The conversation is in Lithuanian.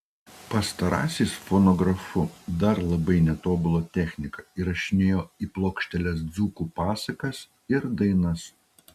pastarasis fonografu dar labai netobula technika įrašinėjo į plokšteles dzūkų pasakas ir dainas